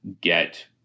get